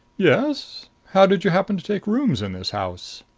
yes? how did you happen to take rooms in this house?